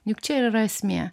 juk čia ir yra esmė